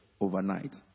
overnight